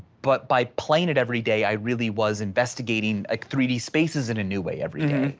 but by playing it every day, i really was investigating ah three d spaces in a new way every day.